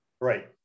Right